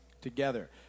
together